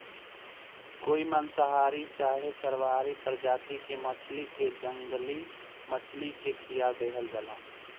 कोई मांसाहारी चाहे सर्वाहारी प्रजाति के मछली के जंगली मछली के खीया देहल जाला